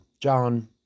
John